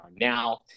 now